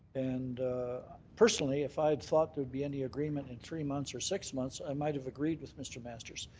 and personally if i'd thought there would be any agreement in three months or six months i might have agreed with mr. masters,